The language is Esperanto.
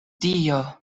dio